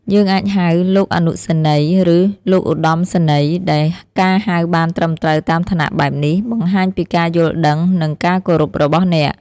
យើងអាចហៅ "លោកអនុសេនីយ៍" ឬ "លោកឧត្តមសេនីយ៍" ដែលការហៅបានត្រឹមត្រូវតាមឋានៈបែបនេះ បង្ហាញពីការយល់ដឹង និង ការគោរពរបស់អ្នក។